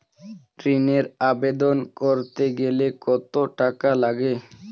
ঋণের আবেদন করতে গেলে কত টাকা লাগে?